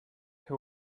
who